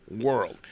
world